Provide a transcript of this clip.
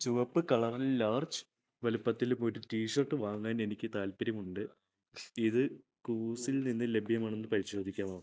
ചുവപ്പ് കളറിൽ ലാർജ് വലുപ്പത്തിൽ പോയിട്ട് ടീഷർട്ട് വാങ്ങാനെനിക്ക് താൽപ്പര്യമുണ്ട് ഇത് കൂവ്സിൽ നിന്ന് ലഭ്യമാണോയെന്ന് പരിശോധിക്കാമോ